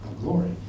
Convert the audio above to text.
glory